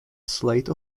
slate